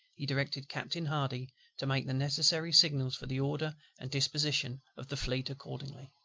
he directed captain hardy to make the necessary signals for the order and disposition of the fleet accordingly.